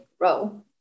grow